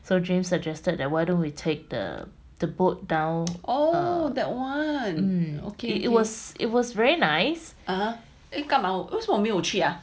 orh that one okay 为什么我没有去啊